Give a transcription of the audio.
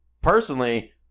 personally